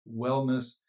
wellness